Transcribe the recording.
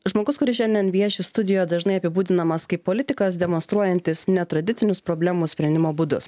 žmogus kuris šiandien vieši studijoje dažnai apibūdinamas kaip politikas demonstruojantis netradicinius problemų sprendimo būdus